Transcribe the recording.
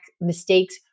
mistakes